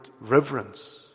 reverence